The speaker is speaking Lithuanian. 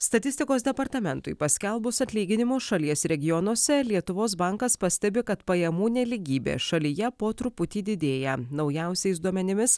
statistikos departamentui paskelbus atlyginimus šalies regionuose lietuvos bankas pastebi kad pajamų nelygybė šalyje po truputį didėja naujausiais duomenimis